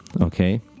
okay